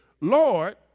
Lord